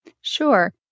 Sure